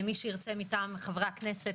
מי שירצה מטעם חברי הכנסת,